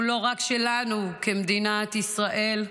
הוא לא רק שלנו כמדינת ישראל,